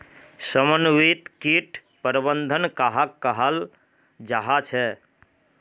समन्वित किट प्रबंधन कहाक कहाल जाहा झे?